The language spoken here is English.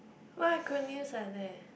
what acronyms are there